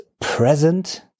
present